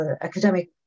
academic